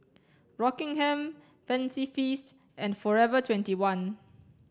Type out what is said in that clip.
Rockingham Fancy Feast and Forever twenty one